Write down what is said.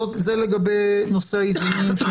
זה לגבי נושא האיזונים.